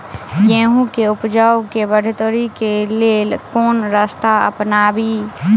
गेंहूँ केँ उपजाउ केँ बढ़ोतरी केँ लेल केँ रास्ता अपनाबी?